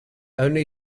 only